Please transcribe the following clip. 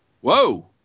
Whoa